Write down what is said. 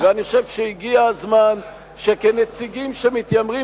אני חושב שהגיע הזמן שכנציגים שמתיימרים